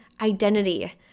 identity